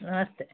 ನಮಸ್ತೆ